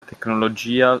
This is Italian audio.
tecnologia